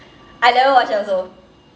I never watch that also